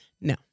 No